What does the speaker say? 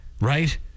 Right